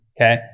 okay